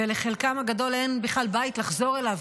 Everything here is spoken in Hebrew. ולחלקם הגדול אין בכלל בית לחזור אליו,